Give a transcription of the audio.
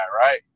right